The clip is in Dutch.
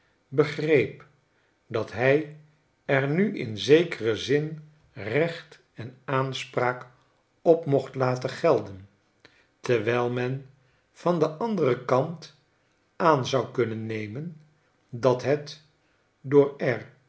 begreep dat hy er nu in zekeren zin recht en aanspraak op mocht laten gelden terwijl men van den anderen kant aan zou kunnen nemen dat het door